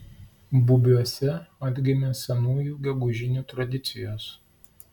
bubiuose atgimė senųjų gegužinių tradicijos